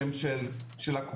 שהם של הקופות,